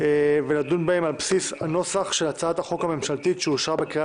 ולדון בהן על בסיס הנוסח של הצעת החוק הממשלתית שאושרה בקריאה